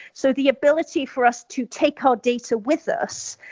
so the ability for us to take our data with us.